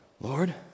Lord